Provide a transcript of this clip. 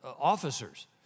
officers